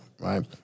Right